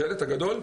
השלט הגדול?